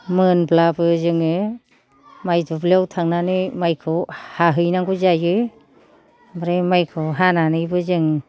मोनब्लाबो जोङो माय दुब्लियाव थांनानै मायखौ हाहैनांगौ जायो ओमफ्राय मायखौ हानानैबो जों